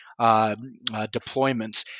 deployments